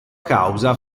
causa